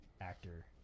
actor